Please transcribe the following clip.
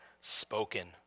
spoken